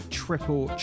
triple